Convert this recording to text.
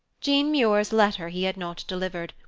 jean muir's letter he had not delivered,